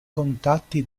contatti